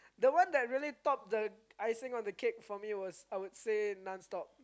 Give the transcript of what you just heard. the one that really top the icing on the cake for me was I would say non stop